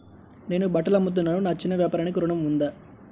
నేను బట్టలు అమ్ముతున్నాను, నా చిన్న వ్యాపారానికి ఋణం ఉందా?